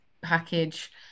package